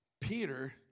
Peter